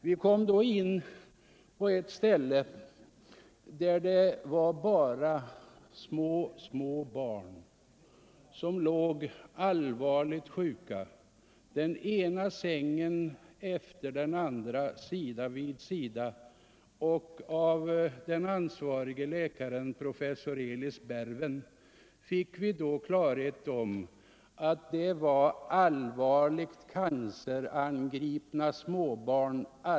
Vi kom då in på ett ställe där det bara var små, små barn som låg allvarligt sjuka — den ena sängen efter den andra, sida vid sida. Av den ansvarige läkaren, professor Elis Berven, fick vi veta att allesammans var svårt cancerangripna småbarn.